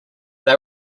they